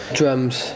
drums